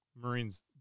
Marines